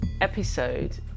episode